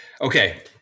Okay